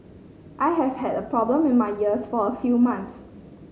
I have had a problem in my ears for a few months